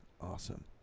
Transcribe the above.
awesome